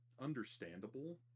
understandable